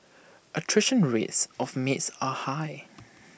attrition rates of maids are high